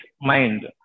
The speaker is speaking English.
mind